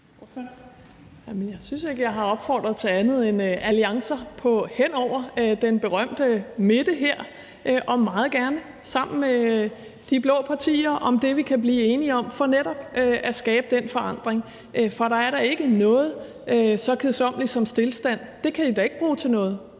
Jeg synes ikke, jeg har opfordret til andet end alliancer hen over den berømte midte her og meget gerne sammen med de blå partier om det, vi kan blive enige om, for netop at skabe den forandring. For der er da ikke noget så kedsommeligt som stilstand, for det kan vi da ikke bruge til noget,